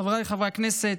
חבריי חברי הכנסת,